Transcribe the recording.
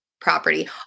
property